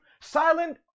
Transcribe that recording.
silent